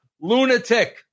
lunatic